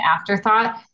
afterthought